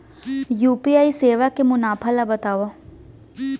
UPI सेवा के मुनाफा ल बतावव?